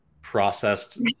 processed